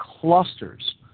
clusters